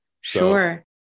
Sure